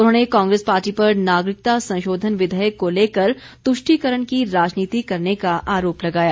उन्होंने कांग्रेस पार्टी पर नागरिकता संशोधन विधेयक को लेकर तुष्टिकरण की राजनीति करने का आरोप लगाया